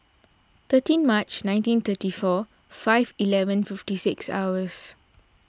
thirteen March nineteen thirty four five eleven fifty six hours